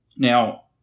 Now